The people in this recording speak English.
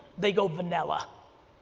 they go vanilla.